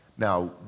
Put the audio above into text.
Now